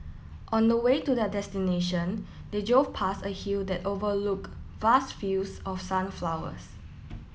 on the way to their destination they drove past a hill that overlook vast fields of sunflowers